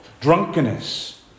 Drunkenness